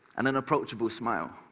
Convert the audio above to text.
and an approachable smile,